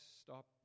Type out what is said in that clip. stop